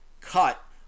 cut